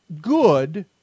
good